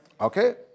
Okay